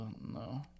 no